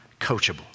coachable